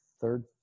third